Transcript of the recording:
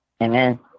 Amen